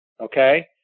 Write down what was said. okay